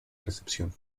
recepción